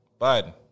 Biden